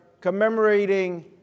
commemorating